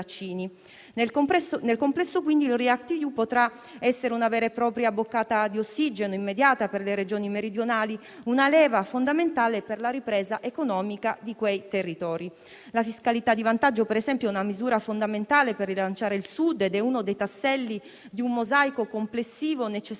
Nel complesso, quindi, il React-EU potrà essere una vera e propria boccata di ossigeno immediata per le Regioni meridionali, una leva fondamentale per la ripresa economica di quei territori. La fiscalità di vantaggio, per esempio, è una misura fondamentale per rilanciare il Sud ed è uno dei tasselli di un mosaico complessivo necessario